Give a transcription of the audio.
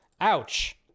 Ouch